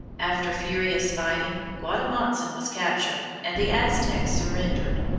after furious fighting guatemotzin was captured, and the aztecs surrendered.